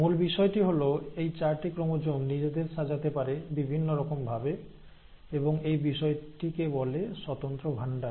মূল বিষয়টি হল এই চারটি ক্রোমোজোম নিজেদের সাজাতে পারে বিভিন্ন রকম ভাবে এবং এই বিষয়টিকে বলে স্বতন্ত্র ভান্ডার